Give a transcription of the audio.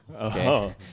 okay